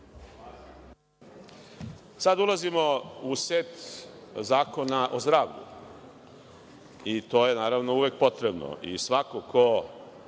Sad ulazimo u set zakona o zdravlju, i to je naravno uvek potrebno i svako ko